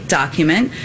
document